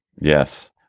Yes